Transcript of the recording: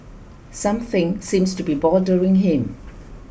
something seems to be bothering him